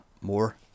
more